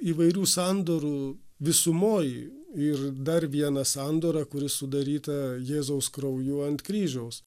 įvairių sandorų visumoj ir dar vieną sandorą kuri sudaryta jėzaus krauju ant kryžiaus